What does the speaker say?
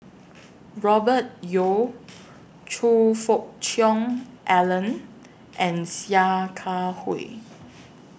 Robert Yeo Choe Fook Cheong Alan and Sia Kah Hui